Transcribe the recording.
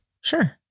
Sure